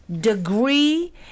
degree